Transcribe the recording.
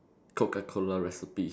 coca-cola recipe